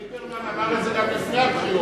ליברמן אמר את זה גם לפני הבחירות,